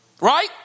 Right